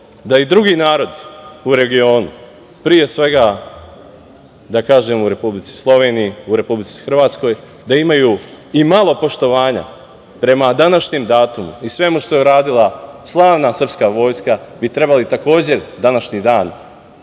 da i drugi narodi u regionu, pre svega, da kažem, u Republici Sloveniji, u Republici Hrvatskoj, da imaju i malo poštovanja prema današnjem datumu i svemu što je uradila slavna srpska vojska, bi trebali takođe današnji dan